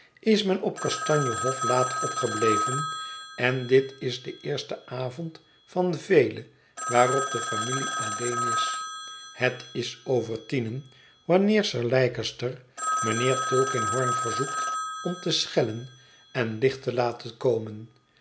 is men op kastanjehof laat opgebleven en dit is de eerste avond van vele waarop de familie alleen is het is over tienen wanneer sir leicester mijnheer tulkinghorn verzoekt om te schellen en licht te laten komen